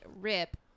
rip